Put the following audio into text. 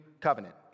Covenant